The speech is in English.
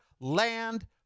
land